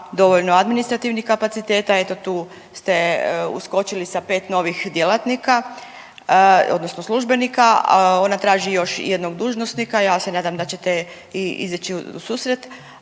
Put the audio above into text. dovoljno administrativnih kapaciteta, eto tu ste uskočili sa 5 novih djelatnika, odnosno službenika, a ona traži još jednog dužnosnika, ja se nadam da ćete i izići u susret,